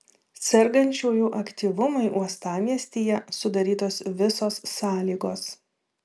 sergančiųjų aktyvumui uostamiestyje sudarytos visos sąlygos